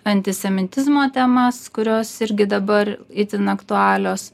antisemitizmo temas kurios irgi dabar itin aktualios